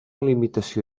limitació